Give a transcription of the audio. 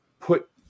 put